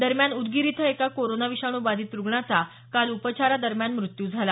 दरम्यान उदगीर इथं एका कोरोना विषाणू बाधित रुग्णाचा काल उपचारादरम्यान मृत्यू झाला